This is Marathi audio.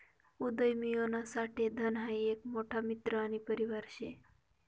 उदयमियोना साठे धन हाई एक मोठा मित्र आणि परिवार शे